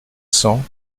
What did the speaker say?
cents